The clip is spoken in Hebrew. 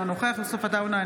אינו נוכח יוסף עטאונה,